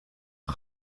een